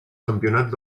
campionats